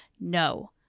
No